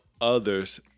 others